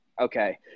okay